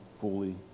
fully